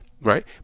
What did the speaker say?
right